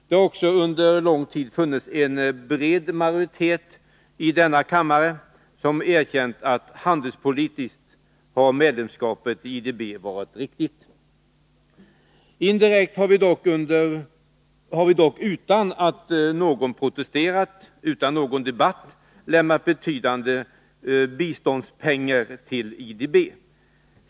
Det har också under lång tid funnits en bred majoritet i denna kammare som erkänt, att handelspolitiskt har medlemskapet i IDB varit riktigt. Indirekt har vi dock, utan att någon protesterat, utan någon debatt, lämnat betydande belopp i biståndspengar till IDB.